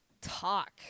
talk